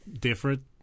different